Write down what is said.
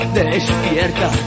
despierta